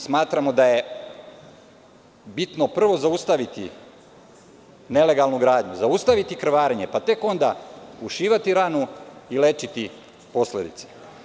Smatramo da je bitno prvo zaustaviti nelegalnu gradnju, zaustaviti krvarenje, pa tek onda ušivati ranu i lečiti posledice.